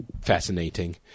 fascinating